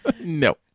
No